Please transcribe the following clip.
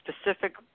specific